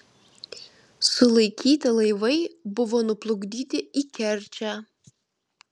sulaikyti laivai buvo nuplukdyti į kerčę